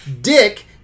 Dick